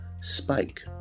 spike